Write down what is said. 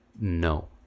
No